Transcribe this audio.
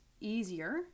easier